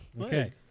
Okay